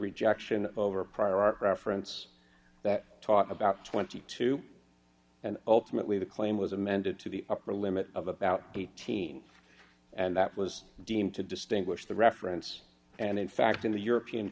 rejection over prior art reference that taught about twenty two dollars and ultimately the claim was amended to the upper limit of about eighteen and that was deemed to distinguish the reference and in fact in the european